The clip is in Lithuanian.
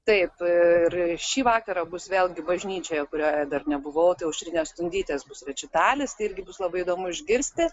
taip ir šį vakarą bus vėlgi bažnyčioje kurioje dar nebuvau tai aušrinės stundytės bus rečitalis irgi bus labai įdomu išgirsti